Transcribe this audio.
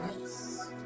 Yes